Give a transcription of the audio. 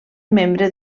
membre